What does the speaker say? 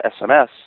SMS